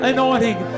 Anointing